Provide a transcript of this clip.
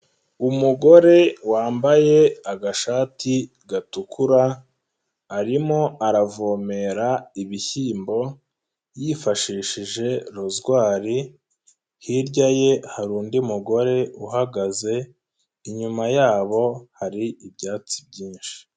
Umugore wambaye agashati gatukura, arimo aravomera ibishyimbo yifashishije rozwari, hirya ye hari undi mugore uhagaze, inyuma yabo hari ibyatsi byinshi.